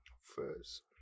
First